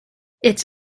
its